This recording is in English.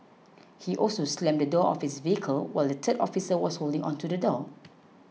he also slammed the door of his vehicle while the third officer was holding onto the door